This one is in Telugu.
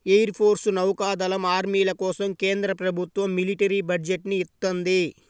ఎయిర్ ఫోర్సు, నౌకా దళం, ఆర్మీల కోసం కేంద్ర ప్రభుత్వం మిలిటరీ బడ్జెట్ ని ఇత్తంది